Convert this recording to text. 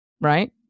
right